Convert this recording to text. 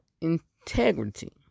integrity